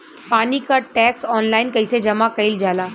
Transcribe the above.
पानी क tax online कईसे जमा कईल जाला?